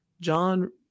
John